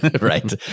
right